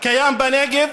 קיים בנגב.